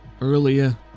earlier